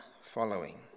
following